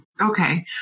okay